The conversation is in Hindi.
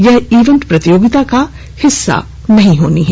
यह इवेंट प्रतियोगिता का हिस्सा नहीं होगा